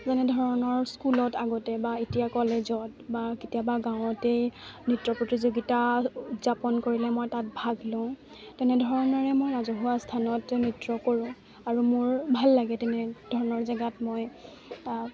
যেনেধৰণৰ স্কুলত আগতে বা এতিয়া কলেজত বা কেতিয়াবা গাঁৱতেই নৃত্য প্ৰতিযোগিতা উদযাপন কৰিলে মই তাত ভাগ লওঁ তেনেধৰণে মই ৰাজহুৱা স্থানত নৃত্য কৰোঁ আৰু মোৰ ভাল লাগে তেনেধৰণৰ জেগাত মই